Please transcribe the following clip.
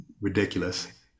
ridiculous